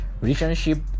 relationship